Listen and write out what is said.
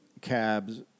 cabs